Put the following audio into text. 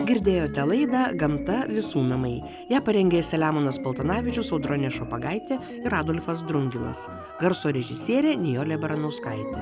girdėjote laidą gamta visų namai ją parengė selemonas paltanavičius audronė šopagaitė ir adolfas drungilas garso režisierė nijolė baranauskaitė